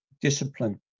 discipline